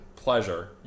Pleasure